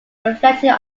reflecting